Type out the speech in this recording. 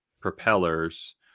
propellers